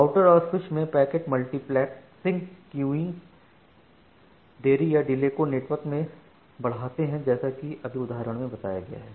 router और switches में packet multiplexing queuing देरी या डिले को नेटवर्क में बढ़ाते हैं जैसा कि अभी उदाहरण में बताया गया है